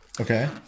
okay